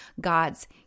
God's